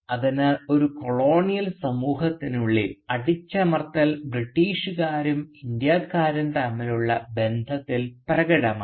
അതിനാൽ ഒരു കൊളോണിയൽ സമൂഹത്തിനുള്ളിൽ അടിച്ചമർത്തൽ ബ്രിട്ടീഷുകാരും ഇന്ത്യക്കാരും തമ്മിലുള്ള ബന്ധത്തിൽ പ്രകടമാണ്